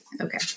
Okay